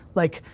like,